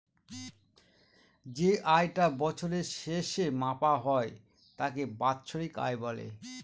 যে আয় টা বছরের শেষে মাপা হয় তাকে বাৎসরিক আয় বলে